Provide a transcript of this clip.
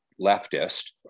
leftist